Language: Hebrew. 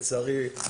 לצערי,